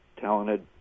talented